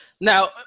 Now